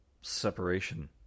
Separation